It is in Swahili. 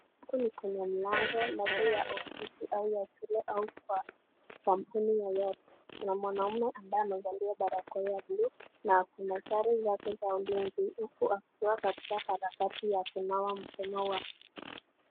Huku ni kwenye mlango labda ya ofisi au ya shule au kwa kampuni yeyote kuna mwanamme ambaye amevalia barakoa ya blue na akona sare yake ya ulinzi huku akiwa katika katika harakati wa kunawa mikono wake .